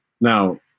Now